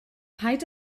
paid